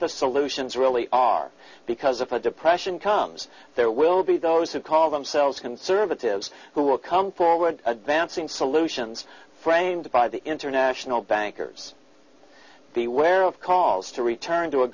the solutions really are because if a depression comes there will be those who call themselves conservatives who will come forward advancing solutions framed by the international bankers beware of calls to return to a